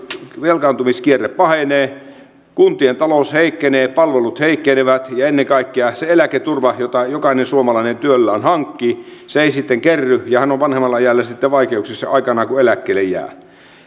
velkaantumiskierre pahenee kuntien talous heikkenee palvelut heikkenevät ja ennen kaikkea se eläketurva jota jokainen suomalainen työllään hankkii ei sitten kerry ja hän on vanhemmalla iällä sitten vaikeuksissa aikanaan kun eläkkeelle jää